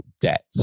debt